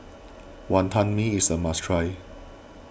Wonton Mee is a must try